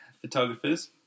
photographers